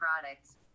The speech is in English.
products